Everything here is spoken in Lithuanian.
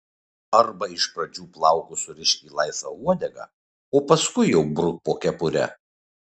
arba iš pradžių plaukus surišk į laisvą uodegą o paskui jau bruk po kepure